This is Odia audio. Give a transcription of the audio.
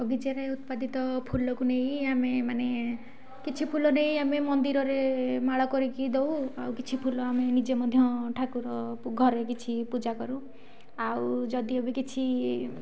ବଗିଚାରେ ଉତ୍ପାଦିତ ଫୁଲକୁ ନେଇ ଆମେମାନେ କିଛି ଫୁଲ ନେଇ ଆମେ ମନ୍ଦିରରେ ମାଳ କରିକି ଦେଉ ଆଉ କିଛି ଫୁଲ ଆମେ ନିଜେ ମଧ୍ୟ ଠାକୁର ଘରେ କିଛି ପୂଜା କରୁ ଆଉ ଯଦିଓ ବି କିଛି